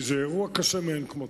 כי זה אירוע קשה מאין כמותו.